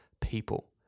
people